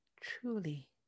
truly